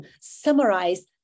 summarize